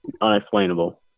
unexplainable